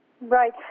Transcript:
Right